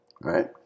right